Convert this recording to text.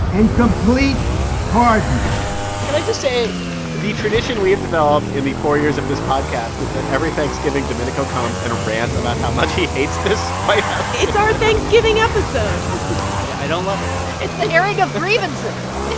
and complete pardon can i just say the tradition we have developed in the four years of this podcast is that every thanksgiving, domenico comes and rants about how much he hates this white house. it's our thanksgiving episode i don't love it it's the airing of grievances.